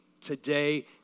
today